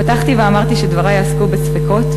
פתחתי ואמרתי שדברי יעסקו בספקות,